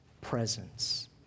presence